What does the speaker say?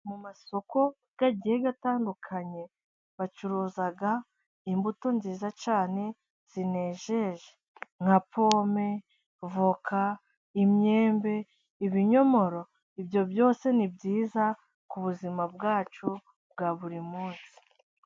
Mu masoko agiye atandukanye, bacuruza imbuto nziza cyane, zinejeje nka pome, voka, imyembe, ibinyomoro, ibyo byose ni byiza, ku buzima bwacu bwa buri munsi.